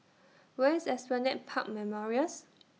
Where IS Esplanade Park Memorials